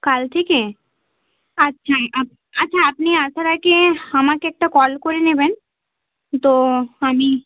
কাল থেকে আচ্ছা আপ আচ্ছা আপনি আসার আগেহ আমাকে একটা কল করে নেবেন তো আমি